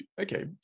okay